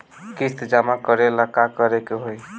किस्त जमा करे ला का करे के होई?